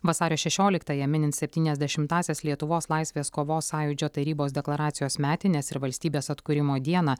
vasario šešioliktąją minint septyniasdešimtąsias lietuvos laisvės kovos sąjūdžio tarybos deklaracijos metines ir valstybės atkūrimo dieną